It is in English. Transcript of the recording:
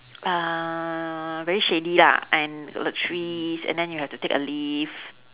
uh very shady lah and got the trees and then you have to take a lift